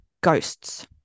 ghosts